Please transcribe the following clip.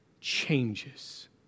changes